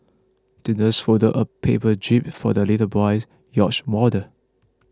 the nurse folded a paper jib for the little boy's yacht model